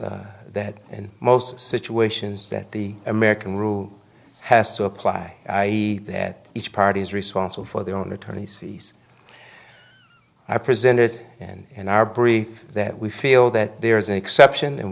that in most situations that the american rule has to apply that each party is responsible for their own attorney's fees i present it and in our brief that we feel that there is an exception and